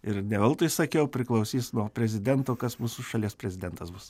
ir ne eltui sakiau priklausys nuo prezidento kas mūsų šalies prezidentas bus